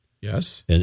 Yes